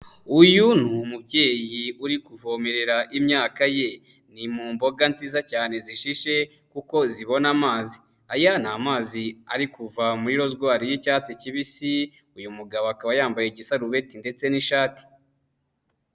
Uyu ni umubyeyi uri kuvomerera imyaka ye, ni mu mboga nziza cyane zishishe kuko zibona amazi, aya ni amazi ari kuva muri rozwari y'icyatsi kibisi, uyu mugabo akaba yambaye igisarubeti ndetse n'ishati.